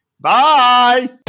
Bye